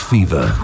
Fever